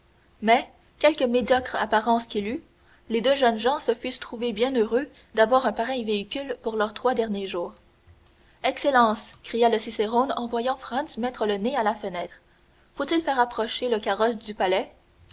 mais quelque médiocre apparence qu'il eût les deux jeunes gens se fussent trouvés bien heureux d'avoir un pareil véhicule pour les trois derniers jours excellence cria le cicérone en voyant franz mettre le nez à la fenêtre faut-il faire approcher le carrosse du palais